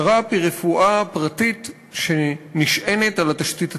שר"פ הוא רפואה פרטית שנשענת על התשתית הציבורית.